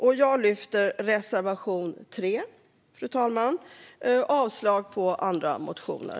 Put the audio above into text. Jag yrkar bifall till reservation 3, fru talman, och avslag på andra motioner.